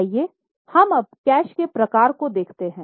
आइए हम अब कैश के प्रकार को देखते हैं